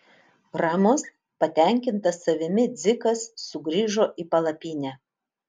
ramus patenkintas savimi dzikas sugrįžo į palapinę